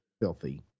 filthy